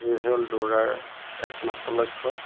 এই হ'ল দৌৰাৰ একমাত্ৰ লক্ষ্য